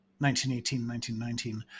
1918-1919